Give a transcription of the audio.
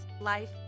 life